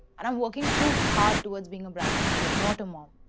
and i'm working too hard towards being a brand manager. not a mom.